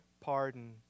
pardon